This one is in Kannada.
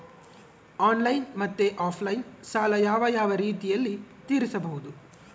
ಆನ್ಲೈನ್ ಮತ್ತೆ ಆಫ್ಲೈನ್ ಸಾಲ ಯಾವ ಯಾವ ರೇತಿನಲ್ಲಿ ತೇರಿಸಬಹುದು?